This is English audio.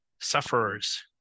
sufferers